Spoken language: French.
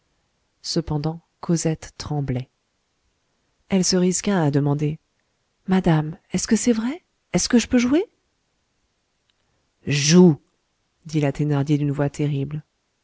cependant cosette tremblait elle se risqua à demander madame est-ce que c'est vrai est-ce que je peux jouer joue dit la thénardier d'une voix terrible